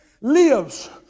lives